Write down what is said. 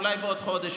אולי בעוד חודש,